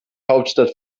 hauptstadt